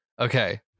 Okay